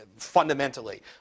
fundamentally